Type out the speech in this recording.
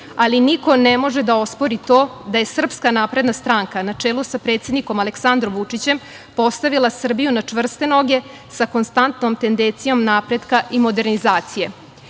ali niko ne može da ospori to da je SNS, na čelu sa predsednikom Aleksandrom Vučićem, postavila Srbiju na čvrste noge sa konstantnom tendencijom napretka i modernizacije. Između